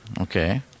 Okay